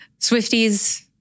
Swifties